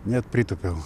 net pritūpiau